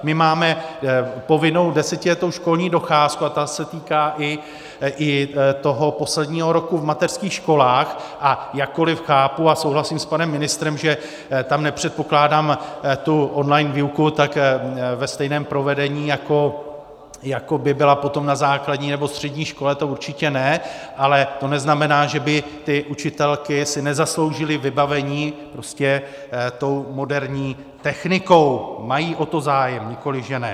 My máme povinnou desetiletou školní docházku a ta se týká i toho posledního roku v mateřských školách, a jakkoli chápu a souhlasím s panem ministrem, že tam nepředpokládám tu online výuku ve stejném provedení, jako by byla potom na základní nebo střední škole, to určitě ne, ale to neznamená, že by si ty učitelky nezasloužily vybavení tou moderní technikou, mají o to zájem, nikoli že ne.